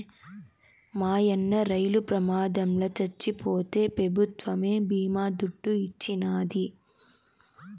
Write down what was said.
మాయన్న రైలు ప్రమాదంల చచ్చిపోతే పెభుత్వమే బీమా దుడ్డు ఇచ్చినాది